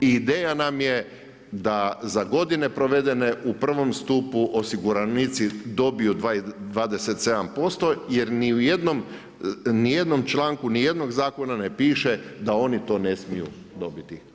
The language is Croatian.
I ideja nam je da za godine provedene u prvom stupu osiguranici dobiju 27%, jer u ni jednom članku ni jednog zakona ne piše da oni to ne smiju dobiti.